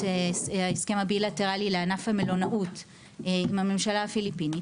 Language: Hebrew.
ההסכם הבילטרלי לענף המלונאות עם הממשלה הפיליפינית,